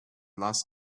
last